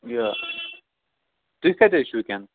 یہِ تُہۍ کَتہِ حظ چھُو وُنکٮ۪ن